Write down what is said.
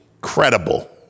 Credible